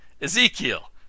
Ezekiel